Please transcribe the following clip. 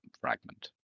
fragment